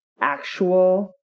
actual